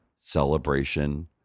Celebration